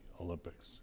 Olympics